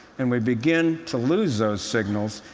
and we begin to lose those signals,